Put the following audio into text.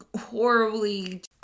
horribly